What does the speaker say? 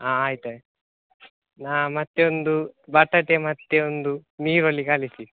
ಹಾಂ ಆಯ್ತು ಆಯ್ತು ನಾ ಮತ್ತು ಒಂದು ಬಟಾಟೆ ಮತ್ತು ಒಂದು ನೀರುಳ್ಳಿ ಕಳಿಸಿ